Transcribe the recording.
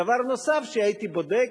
דבר נוסף שהייתי בודק,